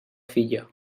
filla